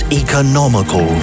economical